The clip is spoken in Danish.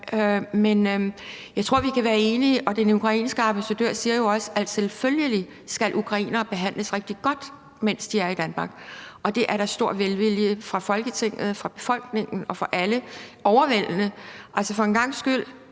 men jeg tror, at vi kan være enige. Den ukrainske ambassadør siger jo også, at selvfølgelig skal ukrainere behandles rigtig godt, mens de er i Danmark, og det er der stor velvilje til fra Folketinget, fra befolkningen og fra alle, overvældende. Altså, for første gang i